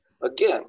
Again